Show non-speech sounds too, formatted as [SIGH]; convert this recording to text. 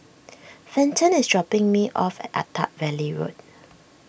Fenton is dropping me off [HESITATION] at Attap Valley Road